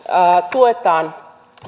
tuetaan